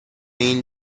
این